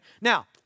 Now